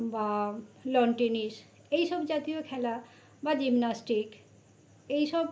বা lawn tennis এই সব জাতীয় খেলা বা জিমন্যাস্টিক এই সব